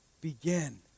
begin